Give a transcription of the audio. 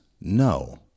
No